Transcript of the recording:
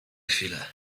chwilę